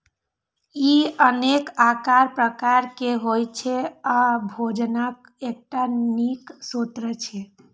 ई अनेक आकार प्रकार के होइ छै आ भोजनक एकटा नीक स्रोत छियै